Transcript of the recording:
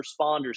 responders